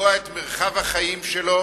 לקבוע את מרחב החיים שלו,